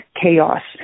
chaos